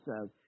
says